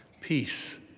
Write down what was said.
peace